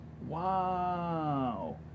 Wow